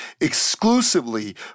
exclusively